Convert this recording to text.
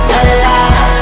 alive